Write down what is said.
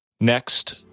Next